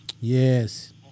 Yes